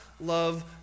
love